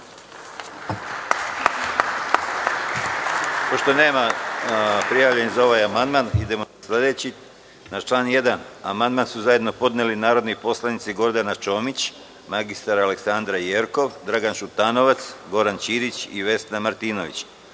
više nema prijavljenih za ovaj amandman, idemo na sledeći. Na član 1. amandman su zajedno podneli narodni poslanici Gordana Čomić, mr Aleksandra Jerkov, Dragan Šutanovac, Goran Ćirić i Vesna Martinović. Vlada